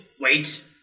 Wait